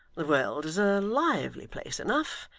the world is a lively place enough,